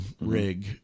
rig